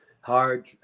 hard